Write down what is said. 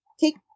take